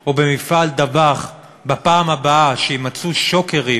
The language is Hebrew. או במפעל "דבאח", בפעם הבאה שיימצאו שוקרים